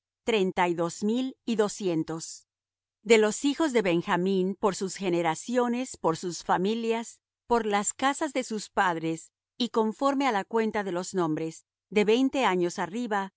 treinta y dos mil y doscientos de los hijos de benjamín por sus generaciones por sus familias por las casas de sus padres conforme á la cuenta de los nombres de veinte años arriba